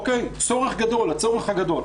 צורך גדול, הצורך הגדול.